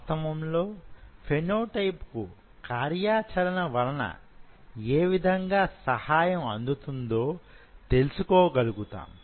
వాస్తవంలో ఫెనోటైప్ కు కార్యాచరణ వలన యే విధంగా సహాయం అందుతుందో తెలుసుకోగలుగుతాం